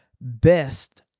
best